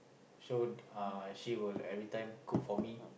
so uh she will everytime cook for me